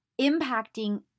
impacting